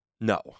No